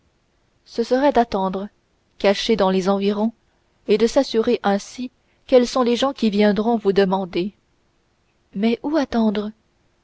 ce serait d'attendre cachée dans les environs et de s'assurer ainsi quels sont les hommes qui viendront vous demander mais où attendre